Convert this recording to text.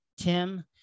Tim